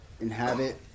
inhabit